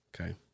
Okay